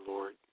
Lord